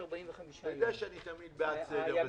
אתה יודע שאני תמיד בעד סדר בתקציב.